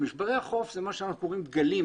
משברי החוף זה מה שאנחנו קוראים גלים,